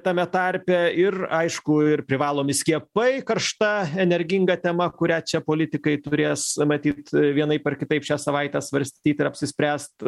tame tarpe ir aišku ir privalomi skiepai karšta energinga tema kurią čia politikai turės matyt vienaip ar kitaip šią savaitę svarstyt ir apsispręst